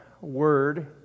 word